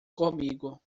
comigo